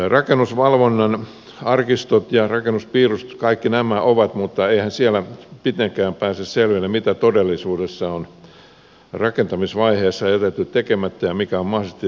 rakennusvalvonnan arkistot ja rakennuspiirustukset kaikki nämä ovat mutta eihän siellä mitenkään pääse selville mitä todellisuudessa on rakentamisvaiheessa jätetty tekemättä ja mikä on mahdollisesti tehty väärin